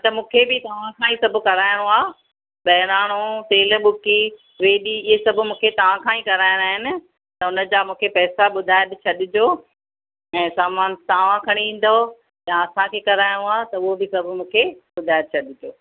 हा त मूंखे बि तव्हां खां ई सभु कराइणो आहे बहिराणो तेल ॿुकी वेॾी इहे सभु मूंखे तव्हां खां ई कराइणा आहिनि त उन जा मूंखे पैसा ॿुधाए छॾिजो ऐं सामान तव्हां खणी ईंदव या असांखे कराइणो आहे त उहो बि सभु मूंखे ॿुधाए छॾिजो